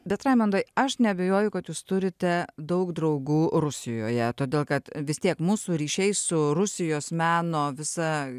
bet raimundai aš neabejoju kad jūs turite daug draugų rusijoje todėl kad vis tiek mūsų ryšiai su rusijos meno visa